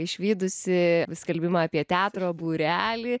išvydusi skelbimą apie teatro būrelį